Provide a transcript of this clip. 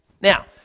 Now